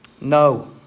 No